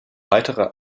weiterer